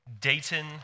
Dayton